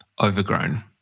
Overgrown